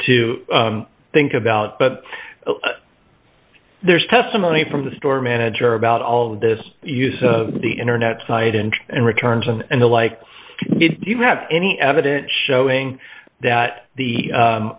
to think about but there's testimony from the store manager about all of this use the internet site and and returns and the like you have any evidence showing that the